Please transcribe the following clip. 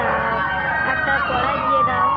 তা একটা কড়াই দিয়ে দাও